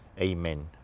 Amen